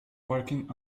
working